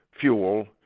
fuel